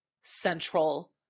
central